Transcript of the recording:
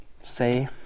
say